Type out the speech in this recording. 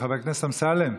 חבר הכנסת אמסלם,